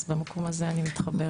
אז במקום הזה אני מתחברת.